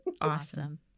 Awesome